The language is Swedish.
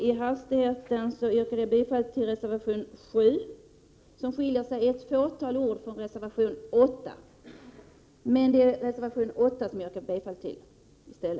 I hastigheten yrkade jag bifall till reservation 7, som skiljer sig på ett fåtal ord från reservation 8, som jag egentligen vill yrka bifall till.